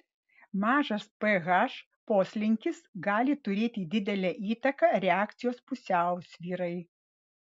mažas ph poslinkis gali turėti didelę įtaką reakcijos pusiausvyrai